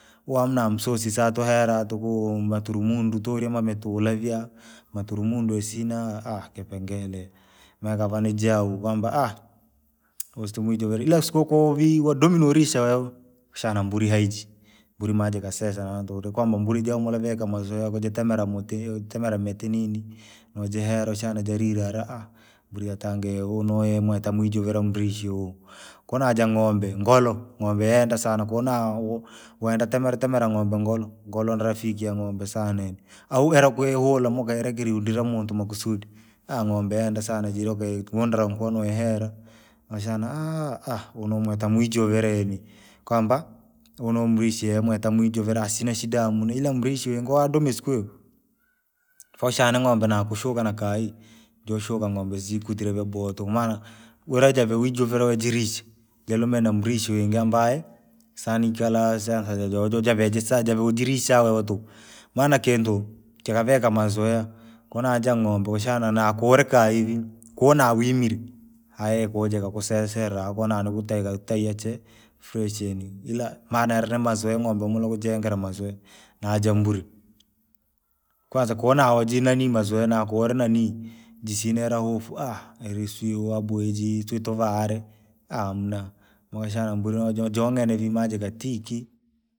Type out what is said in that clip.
Huu haana sa tuhea tuku maturumundu toria mamitula vii ahaa, maturumudu yasina kipengele. Maaikavaa nijau kwamba asitoivijure ila siku vii yadomire norisa wewe, utashana mburi haije, mburi maajikasesa na hantu muri kwamba mbuii ja humula vika mazoea jakitemera mutihi jakitemera mitinini, nojihera ushana jelile ala mburi yatanga iyo unoiyoumweta mwijuvila murishi uhu, kona jaa ng’ombe, ngolo, ng’ombe yenda sana konaa, wenda temera temera ng’ombe ngolo, ngolo nirafiti ya ng’ombe sana yani, au era kuuhula maaktwire kera iyundi namuntu makusudi, ng’ombe yenda sana jire kwenye iyundera nkono iihera, ukashana uno onomuita mwijuvire yeni, kwamba! Huno nomirishi yemwitamuijuvira asina shida amuna ila murishi yengo adomie siku hiyo. faaushana ng’ombe nakushuka nakayi, jeushuka ng’ombe siikutire vyaboha tuku maana, nojairire ujirishe, jelumena na murishi wingi ambaye, sinikalasa nkaje jojo javia ji saa javiji nirisha wewe tuku. Maana kintu, kivavika mazoea, kona jaa ng’ombe ushana na nakurii kayii vii, kuna wimire, aye kuja ikakusesera hao konaa nakutayie ikakutayia chee, yani ila maana iriri mazoea ng’ombe anunakujengera mazoea. Najaa mburi, kwanza konaa wajinani mazoea nakuri nani, jisia ire hafu iriswi waboe jii sitovaa are, hamuna, maaushana mburi no- jojo jongene vii maaji katiki.